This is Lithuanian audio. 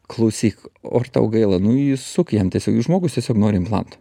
klausyk o ar tau gaila nu įsuk jam tiesiog žmogus tiesiog nori implanto